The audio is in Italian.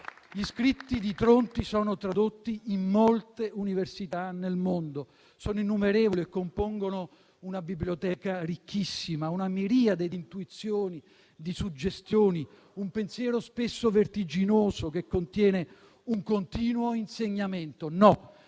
Gli scritti di Tronti sono tradotti in molte università nel mondo. Sono innumerevoli e compongono una biblioteca ricchissima, una miriade di intuizioni, di suggestioni, un pensiero spesso vertiginoso che contiene un continuo insegnamento. "No,